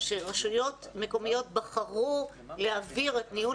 שרשויות מקומיות בחרו להעביר את ניהול